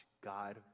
God